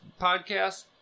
podcast